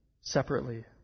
separately